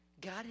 God